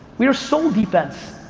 we are sold defense.